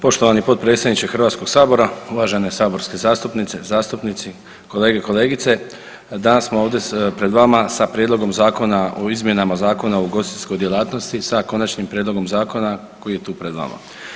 Poštovani potpredsjedniče Hrvatskog sabora, uvažene saborske zastupnice, zastupnici, kolege, kolegice danas smo ovdje pred vama sa Prijedlogom Zakona o izmjenama Zakona o ugostiteljskoj djelatnosti sa konačnim prijedlogom zakona koji je tu pred vama.